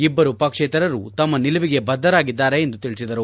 ಇಬ್ಬರು ಪಕ್ಷೇತರರು ತಮ್ಮ ನಿಲುವಿಗೆ ಬದ್ಧರಾಗಿದ್ದಾರೆ ಎಂದು ತಿಳಿಸಿದರು